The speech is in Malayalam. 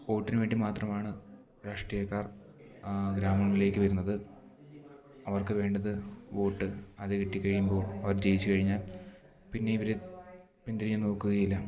വോട്ടിന് വേണ്ടി മാത്രമാണ് രാഷ്ട്രീയക്കാർ ഗ്രാമങ്ങളിലേക്ക് വരുന്നത് അവർക്ക് വേണ്ടത് വോട്ട് അത് കിട്ടി കഴിയുമ്പോൾ അവർ ജയിച്ച് കഴിഞ്ഞാൽ പിന്നെ ഇവർ പിന്തിരിഞ്ഞ് നോക്കുകയില്ല